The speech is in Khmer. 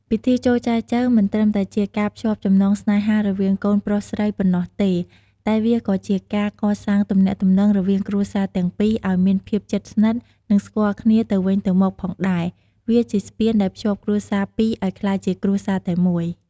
ពិធីចូលចែចូវមិនត្រឹមតែជាការភ្ជាប់ចំណងស្នេហារវាងកូនប្រុសស្រីប៉ុណ្ណោះទេ តែវាក៏ជាការ កសាងទំនាក់ទំនង រវាង គ្រួសារទាំងពីរ ឲ្យមានភាព ជិតស្និទ្ធ និង ស្គាល់គ្នាទៅវិញទៅមក ផងដែរ វាជាស្ពានដែលភ្ជាប់គ្រួសារពីរឲ្យក្លាយជាគ្រួសារតែមួយ។